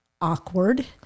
awkward